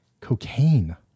cocaine